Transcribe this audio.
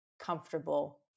Comfortable